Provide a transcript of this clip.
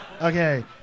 Okay